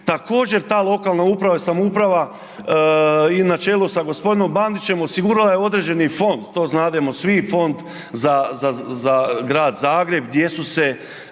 također ta lokalna uprava i samouprava i na čelu sa g. Bandićem osigurala je određeni fond, to znademo svi, Fond za, za, za Grad Zagreb gdje su se